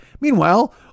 Meanwhile